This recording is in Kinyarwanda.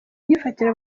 myifatire